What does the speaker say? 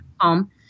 home